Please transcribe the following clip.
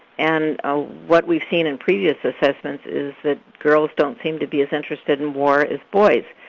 and what we've seen in previous assessments is that girls don't seem to be as interested in war as boys.